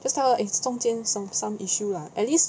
just tell her it's 中间 some some issue lah at least